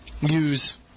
use